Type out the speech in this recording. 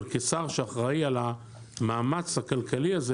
אבל אתה השר שאחראי על המאמץ הכלכלי הזה